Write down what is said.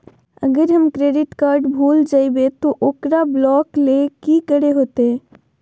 अगर हमर credit card भूल जइबे तो ओकरा ब्लॉक लें कि करे होते?